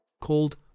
called